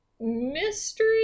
mystery